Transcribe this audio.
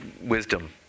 wisdom